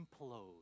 implode